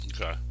Okay